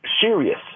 serious